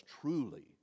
truly